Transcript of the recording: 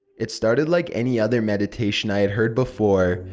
it started like any other meditation i had heard before.